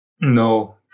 No